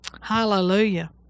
Hallelujah